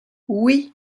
oui